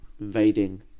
invading